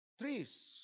trees